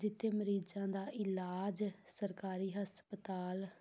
ਜਿੱਥੇ ਮਰੀਜ਼ਾਂ ਦਾ ਇਲਾਜ ਸਰਕਾਰੀ ਹਸਪਤਾਲ